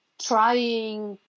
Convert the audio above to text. trying